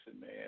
man